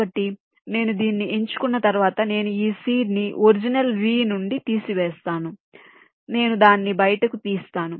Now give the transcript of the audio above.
కాబట్టి నేను దీన్ని ఎంచుకున్న తర్వాత నేను ఈ సీడ్ ని ఒరిజినల్ V నుండి తీసివేస్తాను నేను దాన్ని బయటకు తీస్తాను